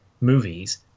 movies